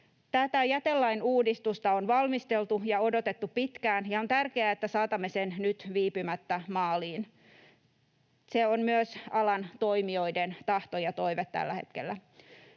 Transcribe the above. Tätä jätelain uudistusta on valmisteltu ja odotettu pitkään, ja on tärkeää, että saatamme sen nyt viipymättä maaliin. Se on myös alan toimijoiden tahto ja toive tällä hetkellä.